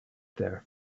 there